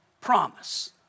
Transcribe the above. Promise